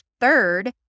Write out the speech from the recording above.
third